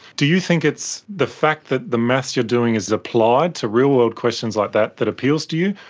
do you think it's the fact that the maths you are doing is applied to real-world questions like that that appeals to you,